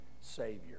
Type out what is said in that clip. Savior